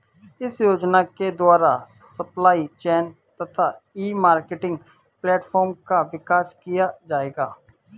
इस योजना के द्वारा सप्लाई चेन तथा ई मार्केटिंग प्लेटफार्म का विकास किया जाएगा